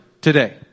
today